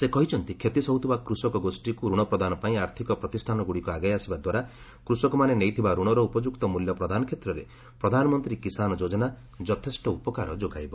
ସେ କହିଛନ୍ତି କ୍ଷତି ସହୁଥିବା କୃଷକଗୋଷୀକୁ ରଣ ପ୍ରଦାନ ପାଇଁ ଆର୍ଥକ ପ୍ରତିଷ୍ଠାନଗୁଡ଼ିକ ଆଗେଇ ଆସିବାଦ୍ୱାରା କୃଷକମାନେ ନେଇଥିବା ଋଣର ଉପଯୁକ୍ତ ମୁଲ୍ୟ ପ୍ରଦାନ କ୍ଷେତ୍ରରେ ପ୍ରଧାନମନ୍ତ୍ରୀ କିଷାନ ଯୋଜନା ଯଥେଷ୍ଟ ଉପକାର ଯୋଗାଇବ